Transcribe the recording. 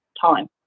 time